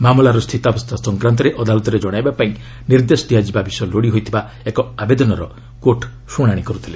ମାମଲାର ସ୍ଥିତାବସ୍ଥା ସଂକ୍ରାନ୍ତରେ ଅଦାଲତରେ ଜଣାଇବାପାଇଁ ନିର୍ଦ୍ଦେଶ ଦିଆଯିବା ବିଷୟ ଲୋଡ଼ି ହୋଇଥିବା ଏକ ଆବେଦନର କୋର୍ଟ ଶୁଣାଣି କରୁଥିଲେ